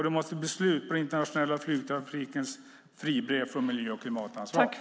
Det måste bli slut på den internationella flygtrafikens fribrev från miljö och klimatansvar.